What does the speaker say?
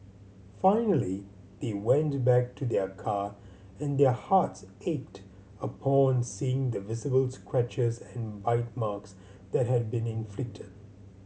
finally they went back to their car and their hearts ached upon seeing the visible scratches and bite marks that had been inflicted